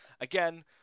Again